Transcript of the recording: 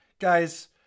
guys